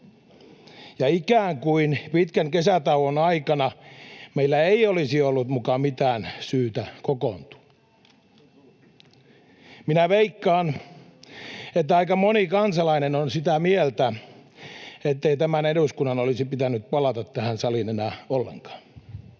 ja ikään kuin pitkän kesätauon aikana meillä ei olisi ollut muka mitään syytä kokoontua. Minä veikkaan, että aika moni kansalainen on sitä mieltä, ettei tämän eduskunnan olisi pitänyt palata tähän saliin enää ollenkaan.